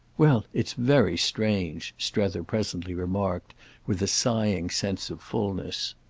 well, it's very strange! strether presently remarked with a sighing sense of fulness.